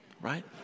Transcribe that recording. right